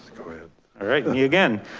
right. you again.